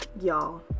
Y'all